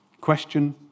Question